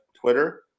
Twitter